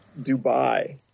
Dubai